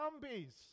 zombies